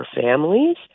families